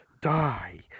Die